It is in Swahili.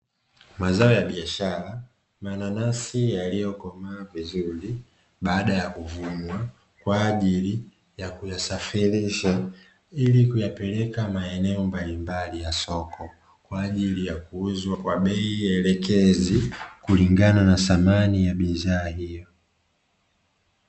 Mazao ya biashara. Mananasi yaliyokomaa vizuri baada ya kuvunwa kwa ajili ya kuyasafirishwa ili kuyapeleka maeneo mbalimbali ya soko, ili kuuzwa kwa bei elekezi kulingana na thamani ya bidhaa hiyo.